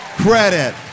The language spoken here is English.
credit